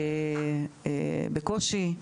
בקושי.